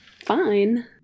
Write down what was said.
Fine